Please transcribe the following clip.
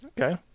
Okay